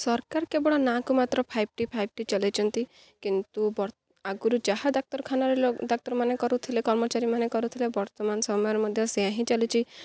ସରକାର କେବଳ ନାକୁ ମାତ୍ର ଫାଇଭ୍ ଟି ଫାଇଭ୍ ଟି ଚଲେଇଛନ୍ତି କିନ୍ତୁ ବର୍ତ ଆଗୁରୁ ଯାହା ଡ଼ାକ୍ତରଖାନାରେ ଡ଼ାକ୍ତରମାନେ କରୁଥିଲେ କର୍ମଚାରୀମାନେ କରୁଥିଲେ ବର୍ତ୍ତମାନ ସମୟରେ ମଧ୍ୟ ସେୟା ହିଁ ଚାଲିଛି